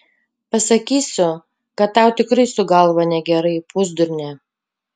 pasakysiu kad tau tikrai su galva negerai pusdurne